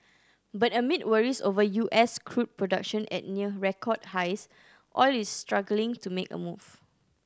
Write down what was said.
but amid worries over U S crude production at near record highs oil is struggling to make a move